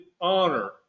honor